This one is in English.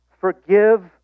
Forgive